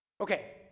Okay